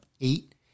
eight